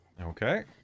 Okay